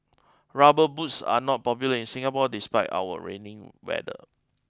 rubber boots are not popular in Singapore despite our rainy weather